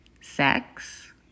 sex